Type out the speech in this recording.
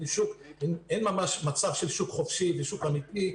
אין ממש מצב של שוק חופשי ושוק אמיתי.